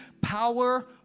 power